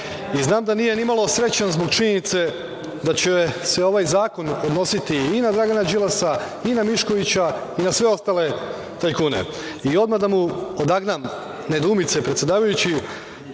Znam da nije ni malo srećan zbog činjenice da će se ovaj zakon odnositi i na Dragana Đilasa, i na Miškovića i na sve ostale tajkune. Odmah da mu odagnam nedoumice, predsedavajući,